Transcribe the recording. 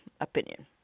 opinion